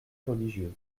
religieuse